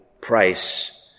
price